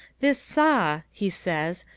this saw, he said,